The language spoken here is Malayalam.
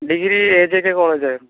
degree A J K കോളേജായിരുന്നു